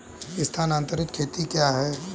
स्थानांतरित खेती क्या है?